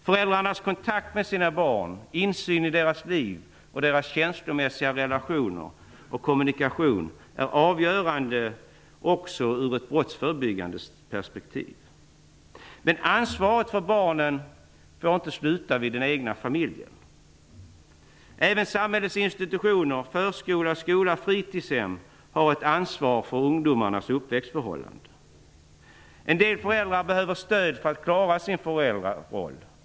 Föräldrarnas kontakt med sina barn, insyn i deras liv och deras känslomässiga relationer och kommunikation är avgörande också ur ett brottsförebyggande perspektiv. Ansvaret för barnen får inte sluta vid den egna familjen. Även samhällets institutioner - förskola, skola och fritidshem - har ett ansvar för ungdomarnas uppväxtförhållanden. En del föräldrar behöver stöd för att klara sin föräldraroll.